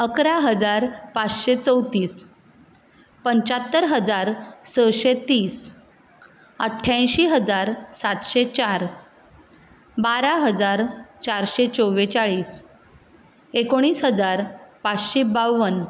अकरा हजार पांचशें चवतीस पंचात्तर हजार सशें तीस अठ्ठ्यांयशीं हजार सातशें चार बारा हजार चारशें चोव्वेचाळीस एकोणीस हजार पांचशें बाव्वन